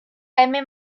hemen